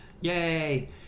yay